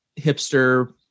Hipster